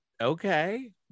okay